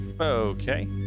Okay